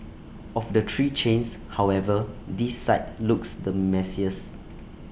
of the three chains however this site looks the messiest